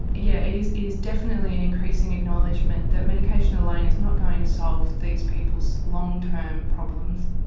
yeah it is is definitely an increasing acknowledgement that medication alone is not going to solve these people's long-term problems.